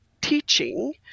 teaching